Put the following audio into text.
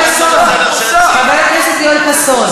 חבר הכנסת יואל חסון,